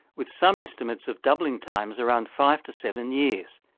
with some estimates of doubling times around five to seven years.